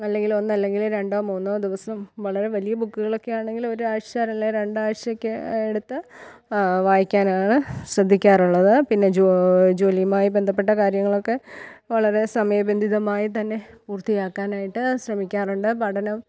അല്ലെങ്കിൽ ഒന്നല്ലെങ്കിൽ രണ്ടോ മൂന്നോ ദിവസം വളരെ വലിയ ബുക്കുകൾ ഒക്കെ ആണെങ്കിൽ ഒരാഴ്ച അല്ലെ രണ്ടാഴ്ചയൊക്കെ എടുത്ത് വായിക്കാനാണ് ശ്രദ്ധിക്കാറുള്ളത് പിന്നെ ജോലിയുമായി ബന്ധപ്പെട്ട കാര്യങ്ങളൊക്കെ വളരെ സമയബന്ധിതമായി തന്നെ പൂർത്തിയാക്കാനായിട്ട് ശ്രമിക്കാറുണ്ട് പഠനം